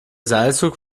seilzug